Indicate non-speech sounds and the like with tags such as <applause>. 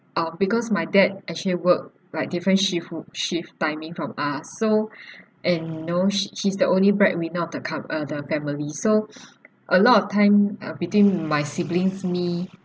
um because my dad actually work like different shift u~ shift timing from us so <breath> and know s~ he's the only bread winner of the ca~ uh the family so <breath> a lot of time uh between my siblings me